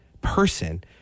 person